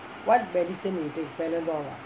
what medicine you take Panadol ah